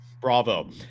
Bravo